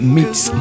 Meets